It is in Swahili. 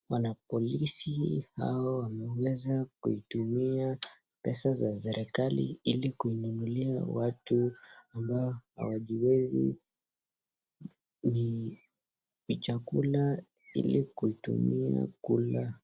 Wanapolisi hawa wameweza kuitumia pesa za serikali ili kuinunuliwa watu ambao hawajiwezi; ni chakula ili kuitumia kula.